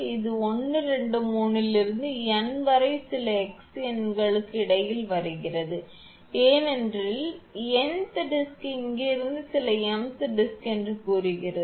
இது 1 2 3 லிருந்து n வரை சில x எண்களுக்கு இடையில் வருகிறது ஏனெனில் n th டிஸ்க் இங்கிருந்து சில m th டிஸ்க் என்று கூறுகிறது